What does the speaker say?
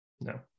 No